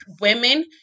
women